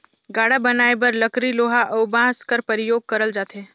गाड़ा बनाए बर लकरी लोहा अउ बाँस कर परियोग करल जाथे